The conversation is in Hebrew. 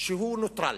שהוא נוטרל